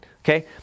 Okay